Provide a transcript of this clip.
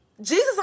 Jesus